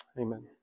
Amen